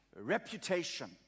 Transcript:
reputation